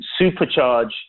supercharge